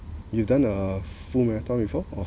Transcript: you've done a full marathon before or